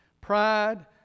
Pride